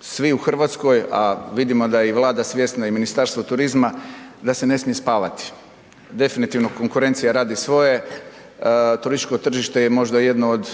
svi u Hrvatskoj, a vidimo da je i Vlada svjesna i Ministarstvo turizma da se ne smije spavati. Definitivno, konkurencija radi svoje, turističko tržište je možda jedno uz